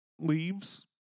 Leaves